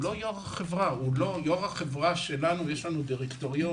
הוא לא יושב-ראש החברה, יש לנו דירקטוריון,